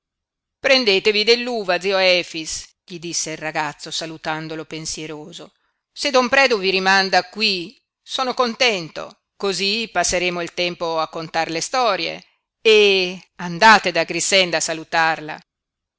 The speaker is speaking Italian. prendetevi dell'uva zio efix gli disse il ragazzo salutandolo pensieroso se don predu vi rimanda qui son contento cosí passeremo il tempo a contar le storie e andate da grixenda a salutarla